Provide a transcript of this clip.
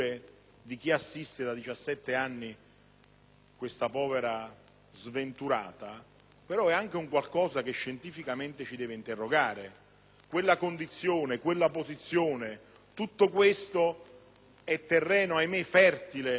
questa povera sventurata, però è anche un qualcosa che scientificamente deve farci interrogare. Quella condizione, quella posizione, tutto questo è terreno - ahimè - fertile per portarla via per altri motivi.